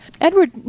Edward